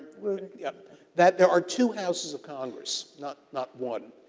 yeah that there are two houses of congress not not one.